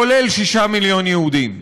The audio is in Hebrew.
כולל שישה מיליון יהודים.